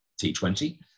T20